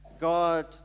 God